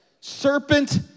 serpent